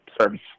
service